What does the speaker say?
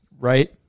Right